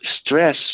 stress